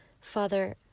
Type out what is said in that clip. father